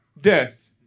death